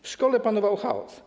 W szkole panował chaos.